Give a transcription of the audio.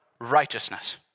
righteousness